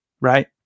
right